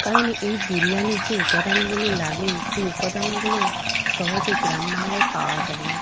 কারণ এই বিরিয়ানির যে উপাদানগুলো লাগে সেই উপাদানগুলো সহজে গ্রামবাংলায় পাওয়া যায় না